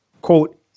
quote